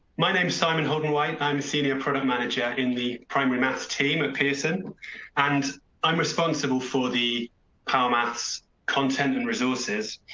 my name is simon holden-white. i'm a senior product manager in the primary maths team at pearson and i'm responsible for the power, maths content and resources